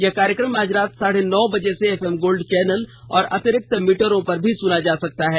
यह कार्यक्रम आज रात साढ़े नौ बजे से एफ एम गोल्ड चैनल और अतिरिक्त मीटरों पर भी सुना जा सकता है